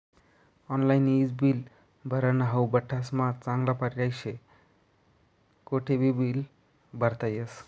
online ईज bill भरनं हाऊ बठ्ठास्मा चांगला पर्याय शे, कोठेबी बील भरता येस